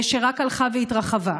שרק הלכה והתרחבה.